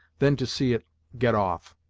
then to see it get off.